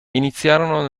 iniziarono